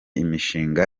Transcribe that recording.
imishinga